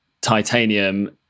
titanium